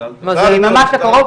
ממש בקרוב,